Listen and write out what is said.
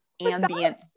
ambient